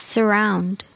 Surround